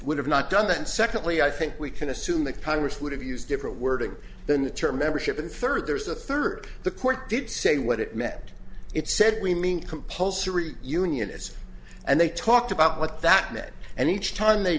would have not done that and secondly i think we can assume that congress would have used different wording than the term membership in the third there's a third the court did say what it meant it said we mean compulsory union is and they talked about what that meant and each time they